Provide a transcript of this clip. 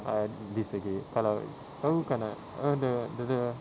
I disagree kalau tahu or not ah the the the